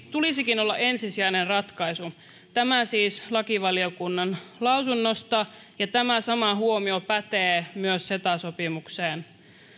tulisikin olla ensisijainen ratkaisu tämä siis lakivaliokunnan lausunnosta ja tämä sama huomio pätee myös ceta sopimukseen